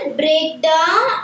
breakdown